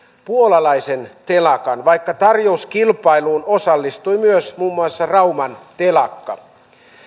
puolalaisen telakan vaikka tarjouskilpailuun osallistui myös muun muassa rauman telakka